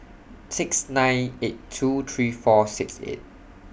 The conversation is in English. six nine eight two three four six eight